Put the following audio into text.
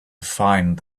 find